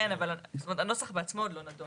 כן, אבל הנוסח בעצמו עוד לא נדון.